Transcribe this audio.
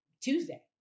Tuesday